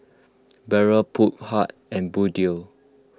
Barrel Phoon Huat and Bluedio